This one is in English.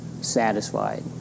satisfied